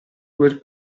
due